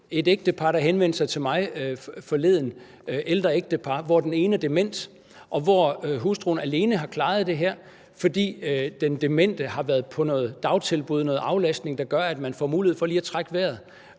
et ægtepar, der henvendte sig til mig forleden, et ældre ægtepar, hvor den ene er dement, og hvor hustruen alene har klaret det her, fordi den demente har været på noget dagtilbud, noget aflastning, som gør, at man får mulighed for lige at trække vejret.